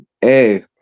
hey